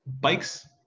Bikes